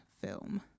film